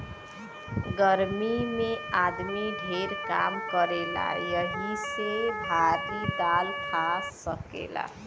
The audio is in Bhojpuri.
गर्मी मे आदमी ढेर काम करेला यही से भारी दाल खा सकेला